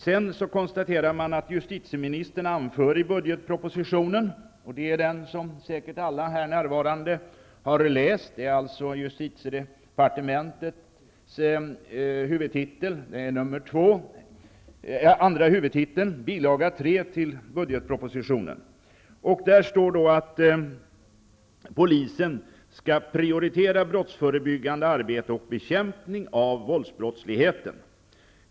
Vidare konstaterar man att justitieministern i budgetpropositionen -- i den del som säkert alla närvarande har läst, den som berör justitiedepartementet, dvs. andra huvudtiteln, bil. 3 -- skriver att polisen skall prioritera brottsförebyggande arbete och bekämpning av våldsbrottsligheten.